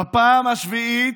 בפעם השביעית,